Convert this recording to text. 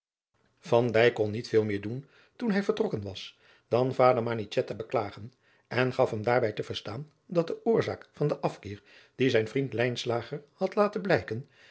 kon niet veel meer toen zij vertrokken was dan vader manichetti beklagen en gaf hem daarbij te verstaan dat de oorzaak van den afkeer dien zijn vriend lijnslager had laten blijken